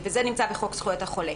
זה נמצא בחוק זכויות החולה.